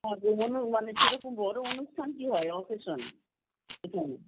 হ্যাঁ তো বলুন মানে সেরকম বড় অনুষ্ঠান কী হয় অকেশন এখানে